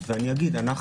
אנחנו